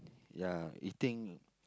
ya eating